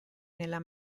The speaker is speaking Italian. della